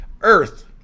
earth